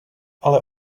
ale